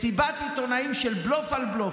מסיבת עיתונאים של בלוף על בלוף.